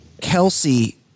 Kelsey